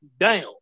down